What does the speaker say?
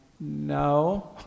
no